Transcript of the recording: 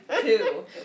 two